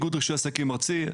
כאיגוד רישוי עסקים ארצי,